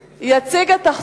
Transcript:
נמנעים.